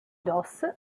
dos